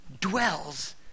dwells